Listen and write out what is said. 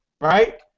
right